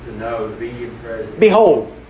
Behold